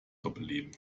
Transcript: doppelleben